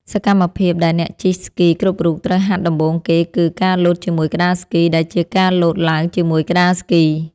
សកម្មភាពដែលអ្នកជិះស្គីគ្រប់រូបត្រូវហាត់ដំបូងគេគឺ ការលោតជាមួយក្ដារស្គី ដែលជាការលោតឡើងជាមួយក្ដារស្គី។